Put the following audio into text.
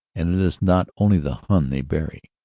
and it is not only the hun they bury.